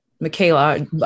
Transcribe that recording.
Michaela